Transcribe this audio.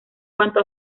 cuanto